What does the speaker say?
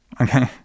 Okay